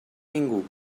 ningú